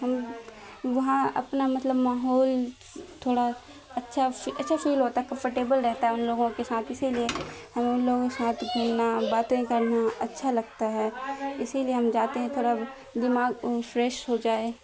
ہم وہاں اپنا مطلب ماہول تھوڑا اچھا اچھا فیل ہوتا ہے کمفرٹیبل رہتا ہے ان لوگوں کے ساتھ اسی لیے ہمیں ان لوگوں کے ساتھ گھومنا باتیں کرنا اچھا لگتا ہے اسی لیے ہم جاتے ہیں تھوڑا دماغ فریش ہو جائے